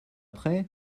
prêt